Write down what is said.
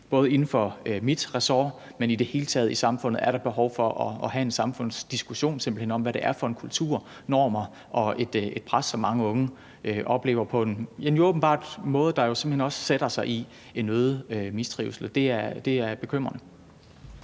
Både inden for mit ressort, men i det hele taget i samfundet er der behov for simpelt hen at have en samfundsdiskussion om, hvad det er for en kultur, normer og pres, som mange unge oplever på en måde, der er jo åbenbart også sætter sig i en øget mistrivsel. Og det er bekymrende.